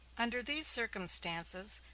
under these circumstances,